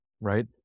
right